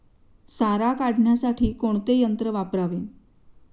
सारा काढण्यासाठी कोणते यंत्र वापरावे?